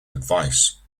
advice